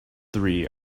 three